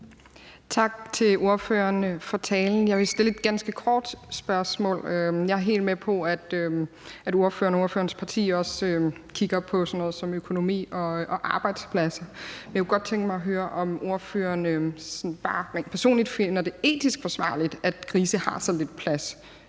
Tak til ordføreren for talen. Jeg vil stille et ganske kort spørgsmål. Jeg er helt med på, at ordføreren og ordførerens parti også kigger på sådan noget som økonomi og arbejdspladser, men jeg kunne godt tænke mig at høre, om ordføreren bare sådan rent personligt finder det etisk forsvarligt, at grise – i hvert fald